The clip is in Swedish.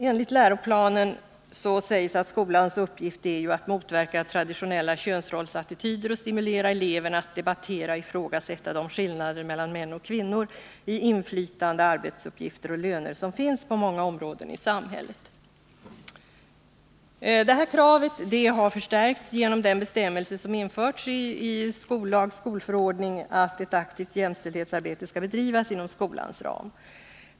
Enligt läroplanen är skolans uppgift att ”motverka traditionella könsrollsattityder och stimulera eleverna att debattera och ifrågasätta de skillnader mellan män och kvinnor i inflytande, arbetsuppgifter och löner som finns på många områden i samhället”. Detta krav har förstärkts genom den bestämmelse som införts i skollagen och i skolförordningen, om att ett aktivt jämställdhetsarbete skall bedrivas inom skolans ram.